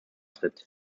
tritt